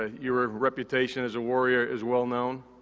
ah your ah reputation as a warrior is well-known.